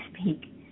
speak